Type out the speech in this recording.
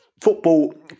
football